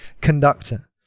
conductor